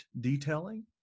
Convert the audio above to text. detailing